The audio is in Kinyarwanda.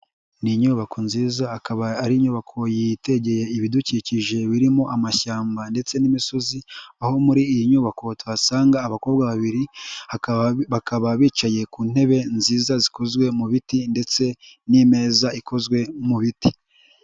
Ni inyubako nziza, akaba ari inyubako yitegeye ibidukikije birimo amashyamba ndetse n'imisozi, aho muri iyi nyubako tuhasanga abakobwa babiri bakaba bicaye ku ntebe nziza zikozwe mu biti ndetse n'imeza ikozwe mu biti.